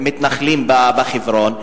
המתנחלים בחברון,